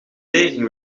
ging